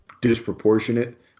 disproportionate